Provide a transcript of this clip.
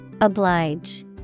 Oblige